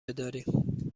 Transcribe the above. بداریم